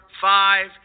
five